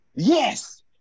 yes